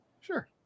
Sure